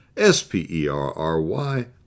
S-P-E-R-R-Y